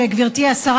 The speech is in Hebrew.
מה, אל תהרוג את השליח,